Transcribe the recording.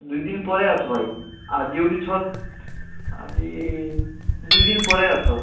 ଦୁଇଦିନ ପରେ ଆସ ଭାଇ ଆଜି ହଉଛି ଛଅ ଆଜି ଦୁଇଦିନ ପରେ ଆସ